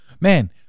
Man